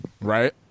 Right